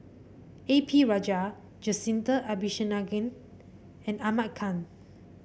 A P Rajah Jacintha Abisheganaden and Ahmad Khan